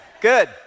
Good